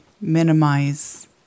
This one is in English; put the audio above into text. minimize